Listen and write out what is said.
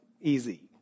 easy